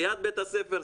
ליד בית הספר.